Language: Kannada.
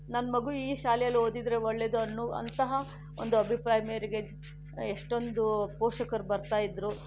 ನನ್ನ ಮಗು ಈ ಶಾಲೆಯಲ್ಲಿ ಓದಿದರೆ ಒಳ್ಳೆಯದು ಅನ್ನೊ ಅಂತಹ ಒಂದು ಅಭಿಪ್ರಾಯದ ಮೇರೆಗೆ ಎಷ್ಟೊಂದು ಪೋಷಕರು ಬರ್ತಾ ಇದ್ದರು